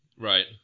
Right